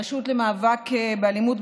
הרשות למאבק באלימות,